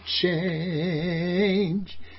change